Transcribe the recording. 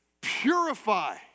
purify